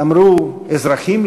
ואמרו אזרחים,